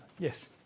Yes